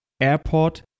airport